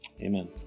Amen